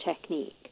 technique